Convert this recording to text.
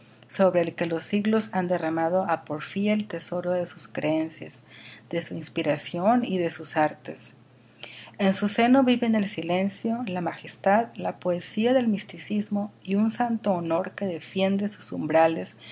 sobre el que los siglos han derramado á porfía el tesoro de sus creencias de su inspiración y de sus artes en su seno viven el silencio la majestad la poesía del misticismo y un santo horror que defiende sus umbrales